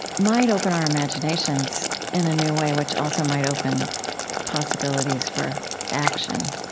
might open our imaginations in a new way, which also might open possibilities for action